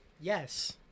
Yes